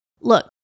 look